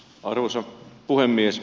arvoisa puhemies